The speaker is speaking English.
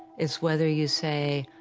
it's whether you say,